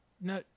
No